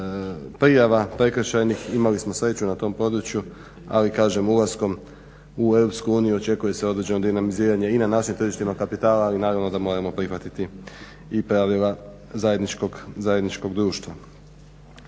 prijava prekršajnih imali smo sreću na tom području. Ali ulaskom u EU očekuje se određeno dinamiziranje i na našim tržištima kapitala ali naravno da moramo prihvatiti i pravila zajedničkog društva.